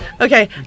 Okay